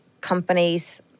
companies